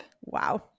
Wow